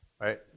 right